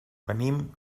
venim